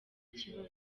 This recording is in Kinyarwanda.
kibazo